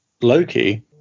Loki